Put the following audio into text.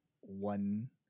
one